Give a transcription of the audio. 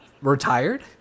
retired